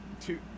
two